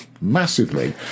Massively